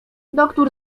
doktór